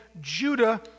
Judah